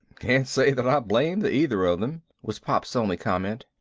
can't say that i blame the either of them, was pop's only comment.